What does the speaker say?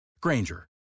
Granger